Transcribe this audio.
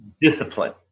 discipline